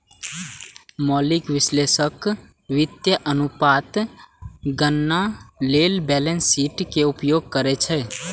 मौलिक विश्लेषक वित्तीय अनुपातक गणना लेल बैलेंस शीट के उपयोग करै छै